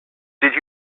did